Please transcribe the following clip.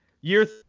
Year